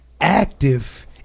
active